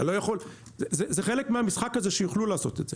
זה חלק מהמשחק הזה שיוכלו לעשות את זה.